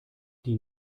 die